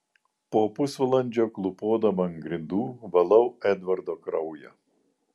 po pusvalandžio klūpodama ant grindų valau edvardo kraują